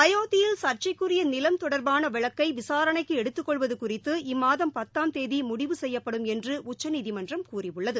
அயோத்தியில் சர்ச்சைக்குரிய நிலம் தொடர்பாள வழக்கை விசாரணைக்கு எடுத்து கொள்வது குறித்து இம்மாதம் பத்தாம் தேதி முடிவு செய்யப்படும் என்று உச்சநீதிமன்றுறம் கூறியுள்ளது